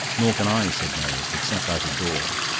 nor can i, said mary, except out of doors.